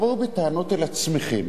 תבואו בטענות אל עצמכם